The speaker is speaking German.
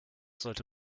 sollte